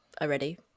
already